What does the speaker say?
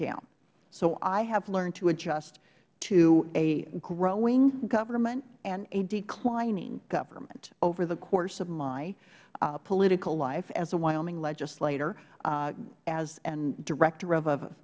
down so i have learned to adjust to a growing government and a declining government over the course of my political life as a wyoming legislator as director of